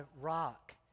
rock